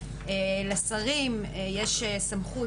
לשים יש סמכות,